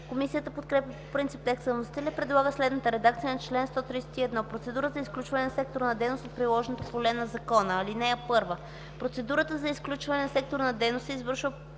Комисията подкрепя по принцип текста на вносителя и предлага следната редакция на чл. 131: „Процедура за изключване на секторна дейност от приложното поле на закона Чл. 131. (1) Процедурата за изключването на секторна дейност се извършва